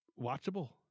watchable